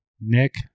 Nick